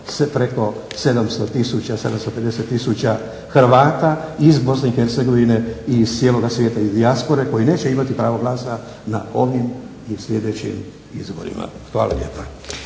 preko 700 000, 750 000 Hrvata iz BiH i iz cijeloga svijeta, iz dijaspore, koji neće imati pravo glasa na ovim i sljedećim izborima. Hvala lijepa.